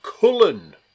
Cullen